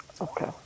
Okay